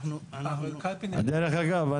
דרך אגב,